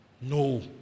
No